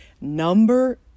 Number